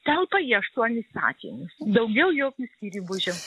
telpa į aštuonis sakinius daugiau jokių skyrybos ženklų